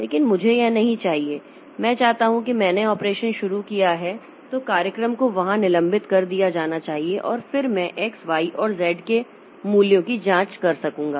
लेकिन मुझे यह नहीं चाहिए मैं चाहता हूं कि जब मैंने ऑपरेशन शुरू किया है तो कार्यक्रम को यहां निलंबित कर दिया जाना चाहिए और फिर मैं x y और z के मूल्यों की जांच कर सकूंगा